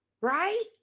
Right